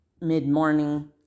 mid-morning